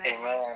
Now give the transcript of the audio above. Amen